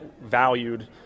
valued